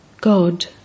God